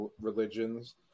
religions